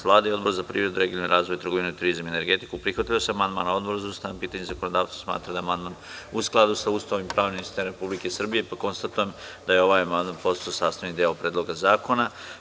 Vlada i Odbor za privredu, regionalni razvoj, trgovinu, turizam i energetiku prihvatili su amandman, a Odbor za ustavna pitanja i zakonodavstvo smatra da je amandman u skladu sa Ustavom i pravnim sistemom Republike Srbije, pa konstatujem da je ovaj amandman postao sastavni deo Predloga zakona.